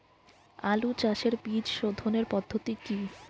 আলু চাষের বীজ সোধনের পদ্ধতি কি?